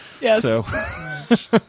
yes